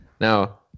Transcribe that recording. Now